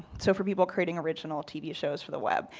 so for people creating original tv shows for the web,